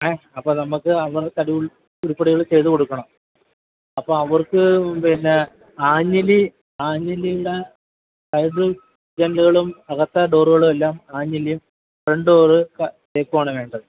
ഏ അപ്പോള് നമ്മള്ക്ക് അവർ തടി ഉൾ ഉരുപ്പടികള് ചെയ്തുകൊടുക്കണം അപ്പോള് അവർക്ക് പിന്നെ ആഞ്ഞിലി ആഞ്ഞിലിയുടെ ആയത് ജനലുകളും അകത്തെ ഡോറുകളും എല്ലാം ആഞ്ഞിലിയും ഫ്രണ്ട് ഡോര് തേക്കുമാണ് വേണ്ടത്